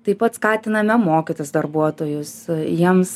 taip pat skatiname mokytis darbuotojus e jiems